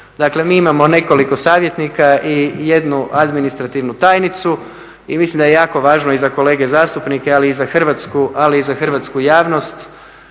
Dakle, mi imamo nekoliko savjetnika i jednu administrativnu tajnicu. I mislim da je jako važno za kolege zastupnike, ali i za hrvatsku javnost